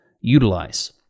utilize